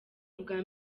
ubwa